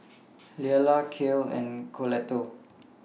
Leala Cale and Colette